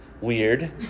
weird